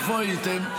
איפה הייתם?